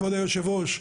כבוד יושב הראש,